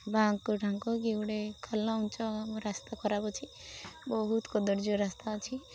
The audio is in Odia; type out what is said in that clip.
ବାଙ୍କ ଟାଙ୍କ କି ଗୋଟେ ଖାଲ ଉଞ୍ଚ ରାସ୍ତା ଖରାପ ଅଛି ବହୁତ କଦର୍ଯ୍ୟ ରାସ୍ତା ଅଛି